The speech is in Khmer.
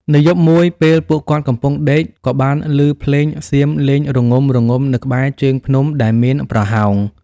នៅយប់មួយពេលពួកគាត់កំពុងដេក ក៏បានឮភ្លេងសៀមលេងរងំៗនៅក្បែរជើងភ្នំដែលមានប្រហោង។